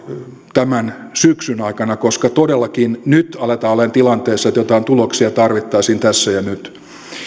tämän syksyn aikana koska todellakin nyt aletaan olemaan tilanteessa että joitain tuloksia tarvittaisiin tässä ja nyt